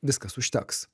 viskas užteks